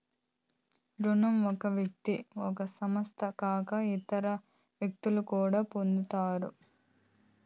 రుణం ఒక వ్యక్తి ఒక సంస్థ కాక ఇతర వ్యక్తులు కూడా పొందుతారు